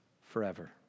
forever